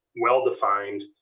well-defined